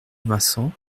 vincent